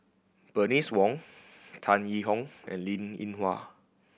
Bernice Wong Tan Yee Hong and Linn In Hua